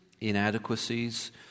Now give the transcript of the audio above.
inadequacies